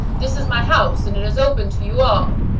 this is my house and it is open to you all.